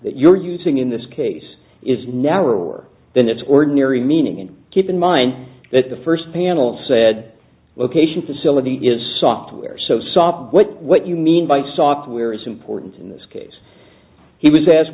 that you're using in this case is narrower than its ordinary meaning and keep in mind that the first panel said location facility is software so soft what you mean by software is important in this case he was asked